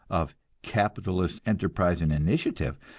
of capitalist enterprise and initiative,